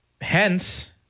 Hence